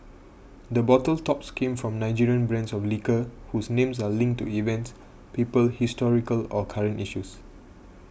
the bottle tops came from Nigerian brands of liquor whose names are linked to events people historical or current issues